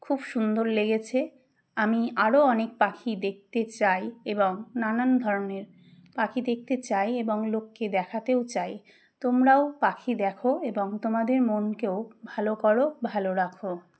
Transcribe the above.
খুব সুন্দর লেগেছে আমি আরও অনেক পাখি দেখতে চাই এবং নানান ধরনের পাখি দেখতে চাই এবং লোককে দেখাতেও চাই তোমরাও পাখি দেখো এবং তোমাদের মনকেও ভালো করো ভালো রাখো